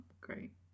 great